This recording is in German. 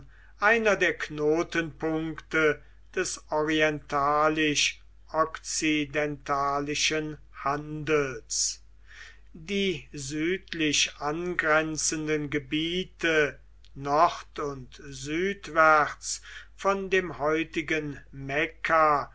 einer der knotenpunkte des orientalisch okzidentalischen handels die südlich angrenzenden gebiete nord und südwärts von dem heutigen mekka